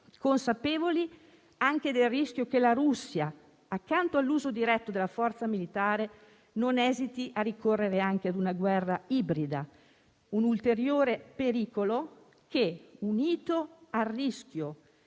consapevole anche del rischio che la Russia, accanto all'uso diretto della forza militare, non esiti a ricorrere anche a una guerra ibrida. È un ulteriore pericolo che si unisce al rischio